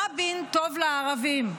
כי רבין טוב לערבים.